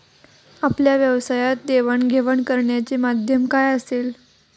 आपल्या व्यवसायात देवाणघेवाण करण्याचे माध्यम काय असेल?